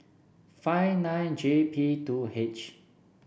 five nine J P two H